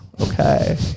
okay